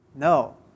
No